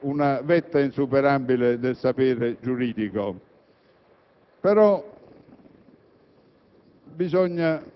una vetta insuperabile del sapere giuridico.